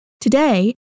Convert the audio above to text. Today